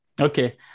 Okay